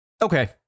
Okay